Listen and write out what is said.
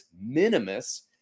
minimus